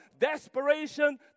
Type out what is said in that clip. desperation